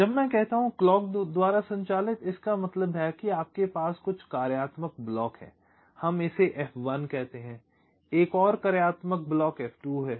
जब मैं कहता हूं कि क्लॉक द्वारा संचालित इसका मतलब है कि आपके पास कुछ कार्यात्मक ब्लॉक हैं हम इसे F1 कहते हैं एक और कार्यात्मक ब्लॉक F2 है